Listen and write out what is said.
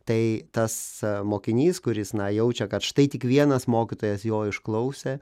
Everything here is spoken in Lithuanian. tai tas mokinys kuris na jaučia kad štai tik vienas mokytojas jo išklausė